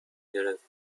گرفت